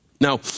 Now